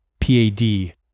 PAD